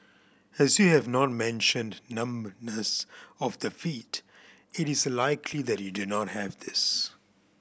as you have not mentioned numbness of the feet it is likely that you do not have this